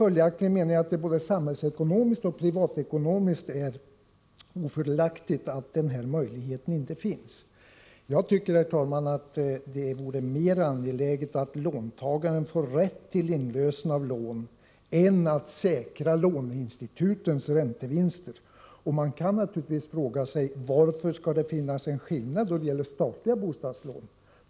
Följaktligen är det, menar jag, både samhällsekonomiskt och privatekonomiskt ofördelaktigt att möjligheten till inlösen inte finns. Jag tycker, herr talman, att det vore mer angeläget att ge låntagarna rätt till inlösen av lån än att säkra låneinstitutens räntevinster. Och man kan naturligtvis fråga sig: Varför skall det finnas en skillnad när det gäller statliga bostadslån?